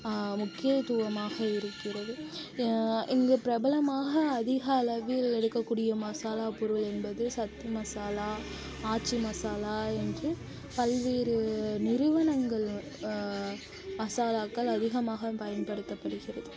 முக்கியத்துவமாக இருக்கிறது இங்கு பிரபலமாக அதிக அளவில் எடுக்கக்கூடிய மசாலாப் பொருள் என்பது சக்தி மசாலா ஆச்சி மசாலா என்று பல்வேறு நிறுவனங்கள் மசாலாக்கள் அதிகமாக பயன்படுத்தப்படுகிறது